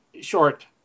short